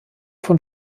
von